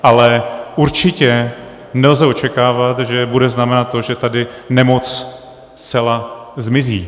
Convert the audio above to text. Ale určitě nelze očekávat, že bude znamenat to, že tady nemoc zcela zmizí.